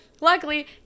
luckily